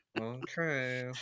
Okay